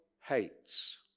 hates